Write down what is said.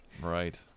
Right